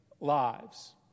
lives